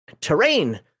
Terrain